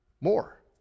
More